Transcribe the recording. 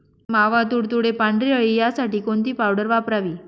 मावा, तुडतुडे, पांढरी अळी यासाठी कोणती पावडर वापरावी?